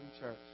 church